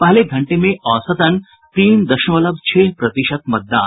पहले घंटे में औसतन तीन दशमलव छह प्रतिशत मतदान